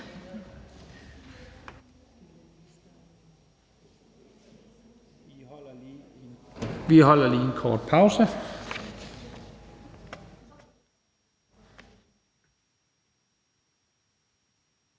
Vi holder lige en kort pause.